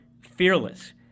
fearless